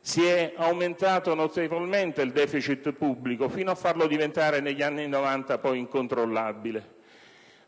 si è aumentato notevolmente il *deficit* pubblico, fino a farlo diventare, negli anni '90, incontrollabile.